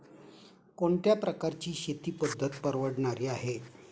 कोणत्या प्रकारची शेती पद्धत परवडणारी आहे?